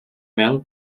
mel